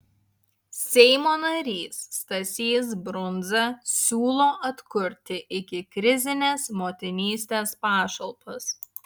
seimo narys stasys brundza siūlo atkurti ikikrizines motinystės pašalpas